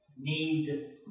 need